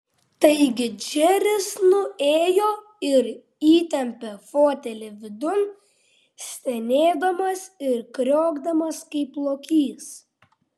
taigi džeris nuėjo ir įtempė fotelį vidun stenėdamas ir kriokdamas kaip lokys